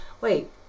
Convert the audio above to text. wait